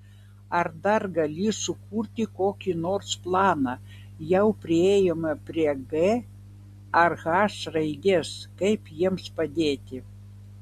ar dar gali sukurti kokį nors planą jau priėjome prie g ar h raidės kaip jiems padėti